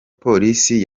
polisi